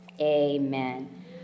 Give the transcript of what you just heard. Amen